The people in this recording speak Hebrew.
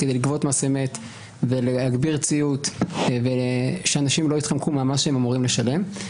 כדי לגבות אמת ולהגביר ציות ושאנשים לא יתחמקו מהמס שהם אמורים לשלם.